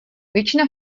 většina